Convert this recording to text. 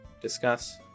discuss